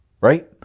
right